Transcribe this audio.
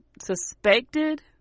suspected